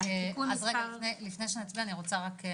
שנכנסה לפני 28 בנובמבר,